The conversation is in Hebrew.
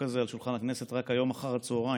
הזה על שולחן הכנסת רק היום אחר הצוהריים,